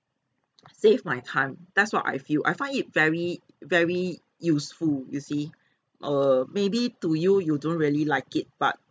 save my time that's what I feel I find it very very useful you see err maybe to you you don't really like it but